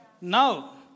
Now